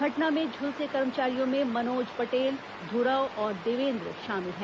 घटना में झुलसे कर्मचारियों में मनोज पटेल धुरव और देवेंन्द्र शामिल हैं